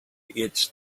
it’s